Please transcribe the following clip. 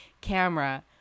camera